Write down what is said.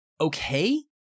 okay